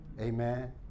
Amen